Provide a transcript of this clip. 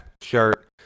shirt